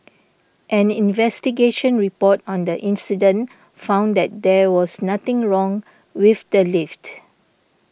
an investigation report on the incident found that there was nothing wrong with the lift